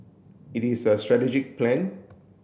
it is a strategic plan